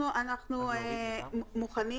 אנחנו מוכנים